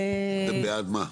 אתם בעד מה?